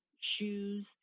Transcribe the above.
shoes